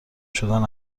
شدن